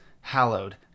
hallowed